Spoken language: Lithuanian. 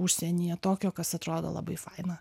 užsienyje tokio kas atrodo labai faina